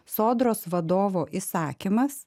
sodros vadovo įsakymas